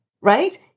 right